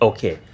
Okay